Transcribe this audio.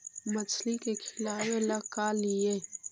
मछली के खिलाबे ल का लिअइ?